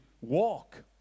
walk